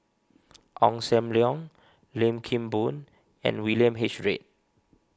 Ong Sam Leong Lim Kim Boon and William H Read